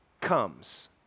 comes